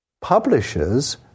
publishers